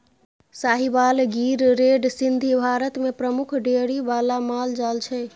Sahiwal, Gir, red Sindhi Bharat मे प्रमुख dairy बला माल जाल छै